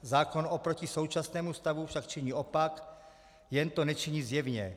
Zákon oproti současnému stavu však činí opak, jen to nečiní zjevně.